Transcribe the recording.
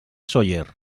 sóller